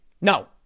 No